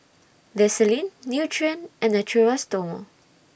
Vaselin Nutren and Natura Stoma